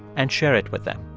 and share it with them.